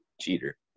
cheater